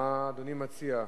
מה אדוני מציע?